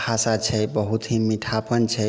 भाषा छै बहुत ही मीठापन छै